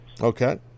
Okay